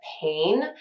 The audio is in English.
pain